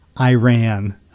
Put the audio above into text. Iran